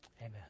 amen